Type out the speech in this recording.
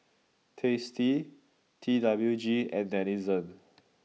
tasty T W G and Denizen